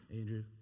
Andrew